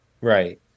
Right